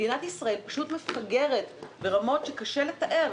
מדינת ישראל פשוט מפגרת ברמות שקשה לתאר